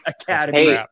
Academy